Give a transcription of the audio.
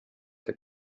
the